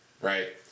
right